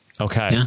Okay